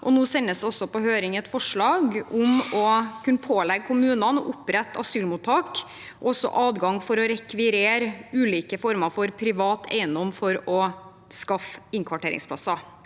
nå sendes det også på høring et forslag om å kunne pålegge kommunene å opprette asylmottak og få adgang til å rekvirere ulike former for privat eiendom for å skaffe innkvarteringsplasser.